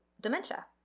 dementia